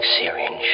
syringe